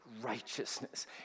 Righteousness